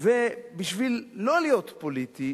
בשביל לא להיות פוליטי,